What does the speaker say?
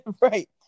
right